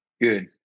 Good